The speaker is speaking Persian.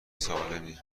سالمی